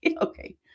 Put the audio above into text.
okay